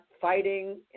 fighting